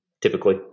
typically